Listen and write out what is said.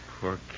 Poor